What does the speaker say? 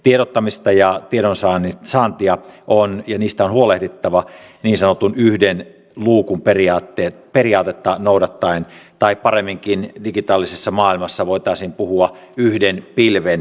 tiedottamista ja tiedonsaantia on ja niistä on huolehdittava niin sanotun yhden luukun periaatetta noudattaen tai paremminkin digitaalisessa maailmassa voitaisiin puhua yhden pilven periaatteesta